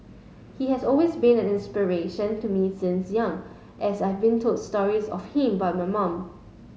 he has always been an inspiration to me since young as I've been told stories of him by my mum